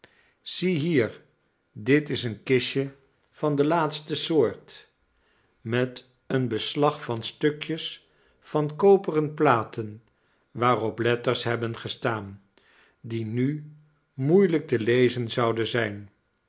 zie hier dit is een kistje van de laatste soort met een beslag van stukjes van koperen platen waarop letters hebben gestaan die nu moeielijk te lezen zouden zijn